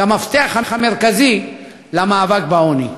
כמפתח המרכזי למאבק בעוני.